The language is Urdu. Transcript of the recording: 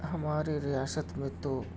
ہمارے ریاست میں تو